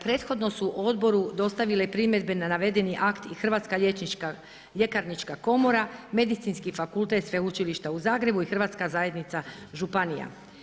Prethodno su odboru dostavile i primjedbe na navedeni akt i Hrvatska ljekarnička komora, Medicinski fakultet sveučilišta u Zagrebu i Hrvatska zajednica županija.